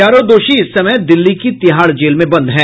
चारों दोषी इस समय दिल्ली की तिहाड़ जेल में बंद हैं